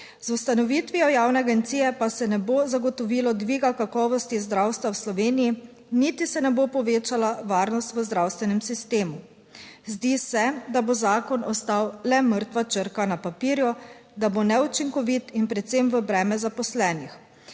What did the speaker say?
z ustanovitvijo javne agencije pa se ne bo zagotovilo dviga kakovosti zdravstva v Sloveniji niti se ne bo povečala varnost v zdravstvenem sistemu. Zdi se, da bo zakon ostal le mrtva črka na papirju, da bo neučinkovit in predvsem v breme zaposlenih.